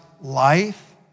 life